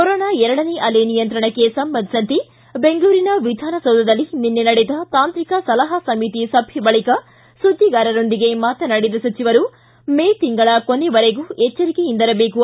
corona ಎರಡನೇ ಅಲೆ ನಿಯಂತ್ರಣಕ್ಕೆ ಸಂಬಂಧಿಸಿದಂತೆ ಬೆಂಗಳೂರಿನ ವಿಧಾನಸೌಧದಲ್ಲಿ ನಿನ್ನೆ ನಡೆದ ತಾಂತ್ರಿಕ ಸಲಹಾ ಸಮಿತಿ ಸಭೆ ಬಳಕ ಸುದ್ದಿಗಾರರೊಂದಿಗೆ ಮಾತನಾಡಿದ ಸಚಿವರು ಮೇ ತಿಂಗಳ ಕೊನೆವರೆಗೂ ಎಚ್ವರಿಕೆಯಿಂದಿರಬೇಕು